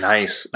Nice